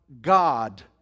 God